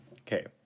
Okay